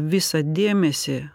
visą dėmesį